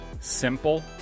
simple